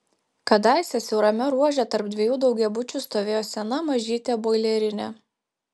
kadaise siaurame ruože tarp dviejų daugiabučių stovėjo sena mažytė boilerinė